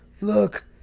Look